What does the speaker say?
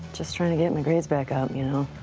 just trying to get my grades back up, you know?